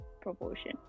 proportion